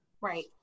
Right